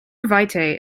vitae